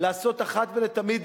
אחת ולתמיד,